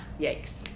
Yikes